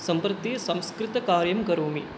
सम्प्रति संस्कृतकार्यं करोमि